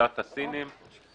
ולשאלת הסינים.